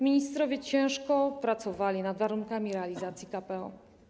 Ministrowie ciężko pracowali nad warunkami realizacji KPO.